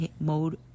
mode